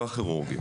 לא הכירורגים.